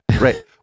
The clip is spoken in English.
right